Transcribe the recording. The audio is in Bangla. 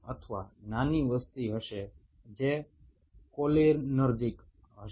এছাড়াও এদের একটি ছোটো পপুলেশন রয়েছে যাকে কোলিনার্জিক বলা হয়